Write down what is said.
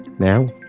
now,